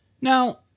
Now